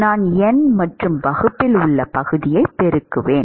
நான் எண் மற்றும் வகுப்பில் உள்ள பகுதியைப் பெருக்குகிறேன்